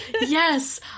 Yes